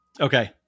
Okay